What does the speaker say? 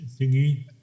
thingy